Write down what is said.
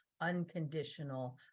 unconditional